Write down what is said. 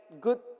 good